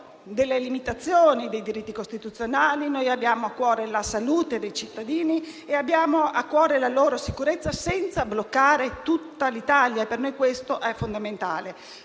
delle limitazioni dei diritti costituzionali. Noi abbiamo a cuore la salute dei cittadini e abbiamo a cuore la loro sicurezza, senza bloccare tutta l'Italia. Per noi questo è fondamentale.